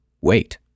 wait